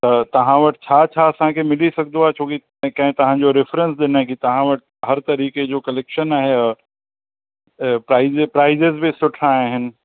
त तव्हां वटि छा छा असांखे मिली सघंदो आहे छो की कंहिं तव्हांजो रेफ़रंस ॾिनईं तव्हां वटि हर तरीक़े जो कलेक्शन आहे प्राइज प्राइजिस बि सुठा आहिनि